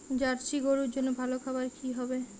Jersey গরুর জন্য ভালো খাবার কি হবে?